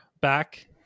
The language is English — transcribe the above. back